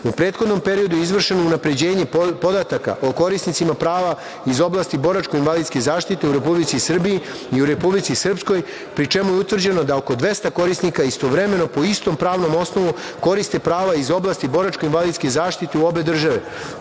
prethodnom periodu je izvršeno unapređenje podataka o korisnicima prava iz oblasti boračko-invalidske zaštite u Republici Srbiji i u Republici Srpskoj, pri čemu je utvrđeno da oko 200 korisnika istovremeno po istom pravnom osnovu koriste prava iz oblasti boračko-invalidske zaštite u obe države.U